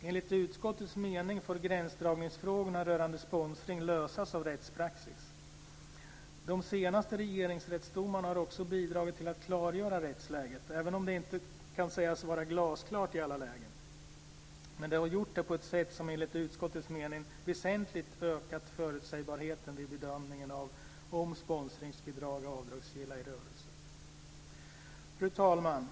Enligt utskottets mening får gränsdragningsfrågorna rörande sponsring lösas av rättspraxis. De senaste Regeringsrättsdomarna har också bidragit till att klargöra rättsläget - även om det inte kan sägas vara glasklart i alla lägen - på ett sätt som enligt utskottets mening väsentligt ökat förutsägbarheten vid bedömningen av om sponsringsbidrag är avdragsgilla i rörelse. Fru talman!